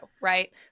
right